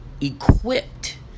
equipped